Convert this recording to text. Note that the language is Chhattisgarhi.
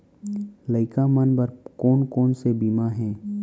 लइका मन बर कोन कोन से बीमा हे?